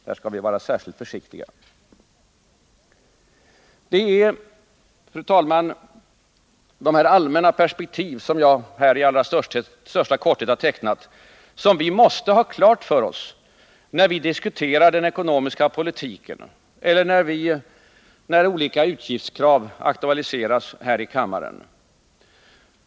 Där skall vi vara särskilt försiktiga. Det är, fru talman, de allmänna perspektiv jag här i allra största korthet tecknat som vi måste ha klara för oss när vi diskuterar den ekonomiska politiken eller när olika utgiftskrav aktualiseras här i kammaren.